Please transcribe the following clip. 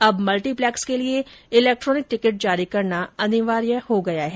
अब मल्टीप्लैक्स के लिए इलेक्ट्रॉनिक टिकट जारी करना अनिवार्य हो गया है